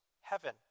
Heaven